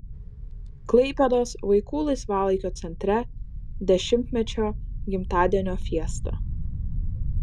klaipėdos vaikų laisvalaikio centre dešimtmečio gimtadienio fiesta